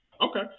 Okay